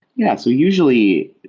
yeah so usually,